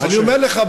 אני אומר לך,